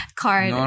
card